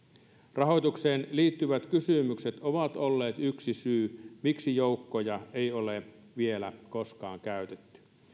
rahoitukseen liittyvät kysymykset ovat olleet yksi syy miksi joukkoja ei ole vielä koskaan käytetty